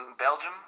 Belgium